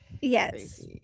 yes